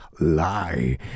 Lie